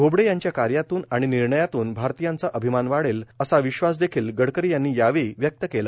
बोबडे यांच्या कार्यातूल आणि विर्णयातूल भारतीयांचा अभ्रिमाव वाढेल असा विश्वास देखिल गडकरी यांनी व्यक्त केला